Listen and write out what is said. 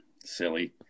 silly